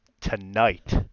tonight